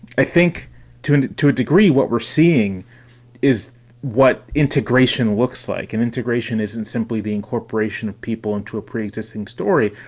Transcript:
i think to and to a degree, what we're seeing is what integration looks like. and integration isn't simply the incorporation of people into a pre-existing story,